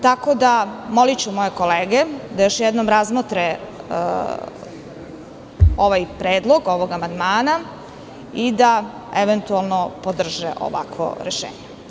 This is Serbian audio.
Tako da moliću moje kolege da još jednom razmotre ovaj predlog, ovog amandmana i da eventualno podrže ovakvo rešenje.